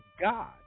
God